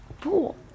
pool